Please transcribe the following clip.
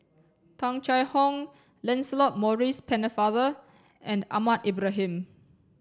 Tung Chye Hong Lancelot Maurice Pennefather and Ahmad Ibrahim